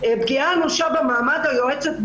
פגיעה אנושה במעמד היועצות.